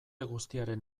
guztiaren